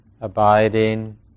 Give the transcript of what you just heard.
abiding